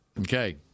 Okay